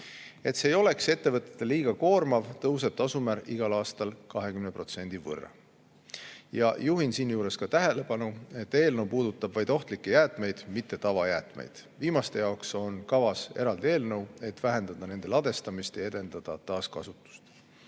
Et see ei oleks ettevõtete liiga koormav, tõuseb tasumäär igal aastal 20%. Juhin siinjuures tähelepanu, et eelnõu puudutab vaid ohtlikke jäätmeid, mitte tavajäätmeid. Viimaste jaoks on kavas eraldi eelnõu, et vähendada nende ladestamist ja edendada taaskasutust.